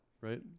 right